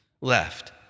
left